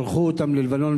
שלחו אותם ללבנון,